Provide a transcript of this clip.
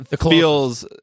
feels